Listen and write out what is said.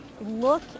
look